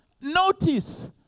Notice